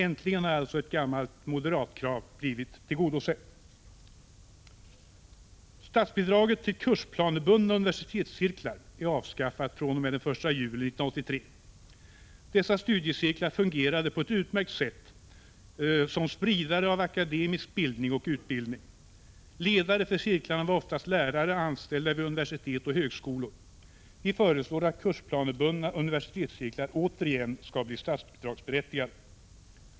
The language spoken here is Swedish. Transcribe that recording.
Äntligen har alltså ett gammalt moderatkrav blivit tillgodosett. Statsbidraget till kursplanebundna universitetscirklar är avskaffat fr.o.m. den 1 juli 1983. Dessa studiecirklar fungerade på ett utmärkt sätt som spridare av akademisk bildning och utbildning. Ledare för cirklarna var oftast lärare anställda vid universitet och högskolor. Vi föreslår att kursplanebundna universitetscirklar återigen skall bli statsbidragsberättigade.